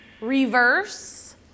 reverse